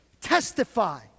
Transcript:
Testify